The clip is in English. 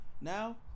Now